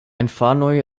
infanoj